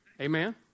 Amen